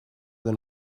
than